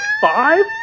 five